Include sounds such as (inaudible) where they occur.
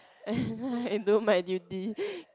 (laughs) and do my duty (breath)